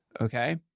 Okay